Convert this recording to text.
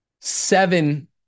seven